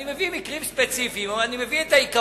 אני מביא מקרים ספציפיים, או אני מביא את העיקרון,